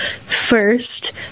first